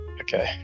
Okay